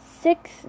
six